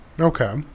Okay